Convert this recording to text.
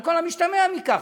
על כל המשתמע מכך,